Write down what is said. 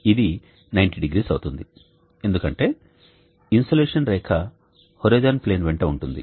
ఇది 900 అవుతుంది ఎందుకంటే ఇన్సోలేషన్ రేఖ హోరిజోన్ ప్లేన్ వెంట ఉంటుంది